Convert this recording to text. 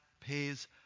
pays